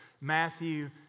Matthew